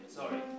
sorry